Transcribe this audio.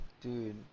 Dude